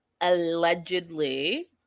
allegedly